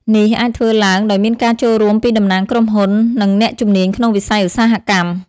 នេះអាចធ្វើឡើងដោយមានការចូលរួមពីតំណាងក្រុមហ៊ុន និងអ្នកជំនាញក្នុងវិស័យឧស្សាហកម្ម។